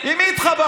עם מי התחברתם?